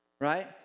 Right